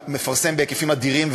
הוא מפרסם בהיקפים אדירים,